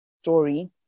story